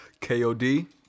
KOD